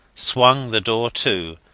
swung the door to,